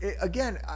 again